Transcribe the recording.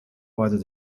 rather